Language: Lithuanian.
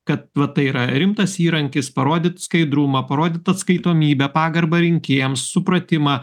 kad va tai yra rimtas įrankis parodyt skaidrumą parodyt atskaitomybę pagarbą rinkėjams supratimą